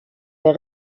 der